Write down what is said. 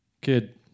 Kid